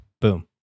Boom